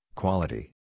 quality